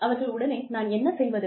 அவர்கள் உடனே நான் என்ன செய்வது